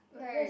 where is